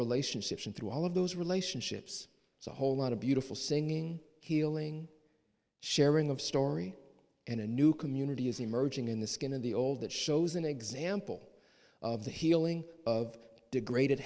relationships into all of those relationships so a whole lot of beautiful singing healing sharing of story and a new community is emerging in the skin of the old that shows an example of the healing of degraded